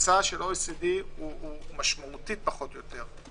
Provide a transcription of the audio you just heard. הממוצע של OECD משמעותית פחות יותר.